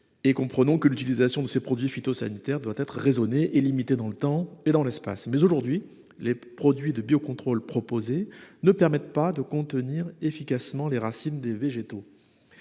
et comprenons que l'utilisation de ces produits phytosanitaires doit être raisonnée et limitée dans le temps et dans l'espace. Cependant, aujourd'hui, les produits de biocontrôle proposés ne permettent pas de contenir efficacement les racines des végétaux.